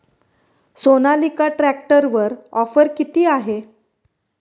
सोनालिका ट्रॅक्टरवर ऑफर किती आहे?